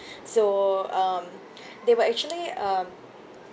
so um they were actually um